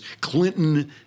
Clinton